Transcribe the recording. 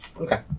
Okay